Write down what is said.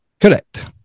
Correct